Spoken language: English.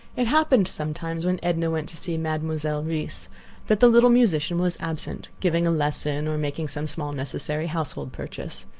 it happened sometimes when edna went to see mademoiselle reisz that the little musician was absent, giving a lesson or making some small necessary household purchase.